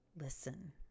listen